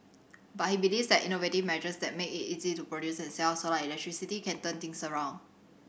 but he believes that innovative measures that make it easy to produce and sell solar electricity can turn things around